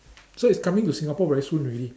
so it's coming to Singapore very soon already